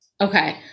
Okay